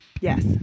Yes